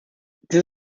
dies